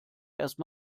erst